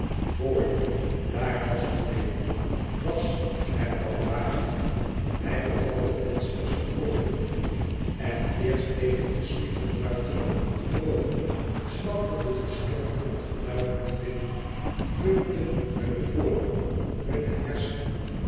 hoor daar was het weêr was het dat dan waarlijk hij beval de vensters te openen en eerst tegen de spiegelruiten gebroken zwapperde de storm van geluid nu binnen vullende hunne ooren hunne hersenen